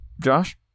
Josh